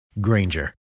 Granger